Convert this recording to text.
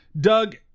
Doug